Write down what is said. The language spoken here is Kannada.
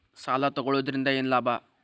ಸಾಲ ತಗೊಳ್ಳುವುದರಿಂದ ಏನ್ ಲಾಭ?